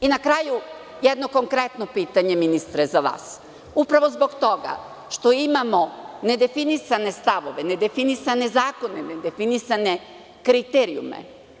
Na kraju jedno konkretno pitanje, ministre, za vas, upravo zbog toga što imamo nedefinisane stavove, nedefinisane zakone, nedefinisane kriterijume.